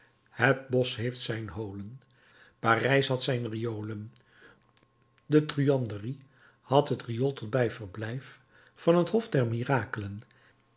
het bosch heeft zijn holen parijs had zijn riolen de truanderie had het riool tot bijverblijf van het hof der mirakelen